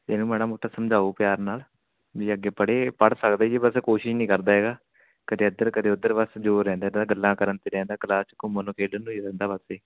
ਇਹਨੂੰ ਮਾੜਾ ਮੋਟਾ ਸਮਝਾਓ ਪਿਆਰ ਨਾਲ਼ ਵੀ ਅੱਗੇ ਪੜ੍ਹੇ ਪੜ੍ਹ ਸਕਦਾ ਜੀ ਇਹ ਬਸ ਕੋਸ਼ਿਸ਼ ਨਹੀਂ ਕਰਦਾ ਹੈਗਾ ਕਦੇ ਇੱਧਰ ਕਦੇ ਉੱਧਰ ਬਸ ਜ਼ੋਰ ਰਹਿੰਦਾ ਇਹਦਾ ਗੱਲਾਂ ਕਰਨ 'ਤੇ ਰਹਿੰਦਾ ਕਲਾਸ 'ਚ ਘੁੰਮਣ ਨੂੰ ਖੇਡਣ ਨੂੰ ਹੀ ਰਹਿੰਦਾ ਬਸ ਇਹ